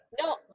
No